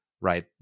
right